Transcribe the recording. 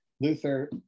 Luther